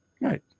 Right